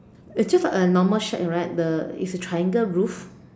it's just like a normal shack right the with a triangle roof